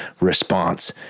response